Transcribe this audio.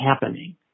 happening